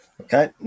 Okay